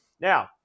Now